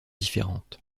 différentes